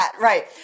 Right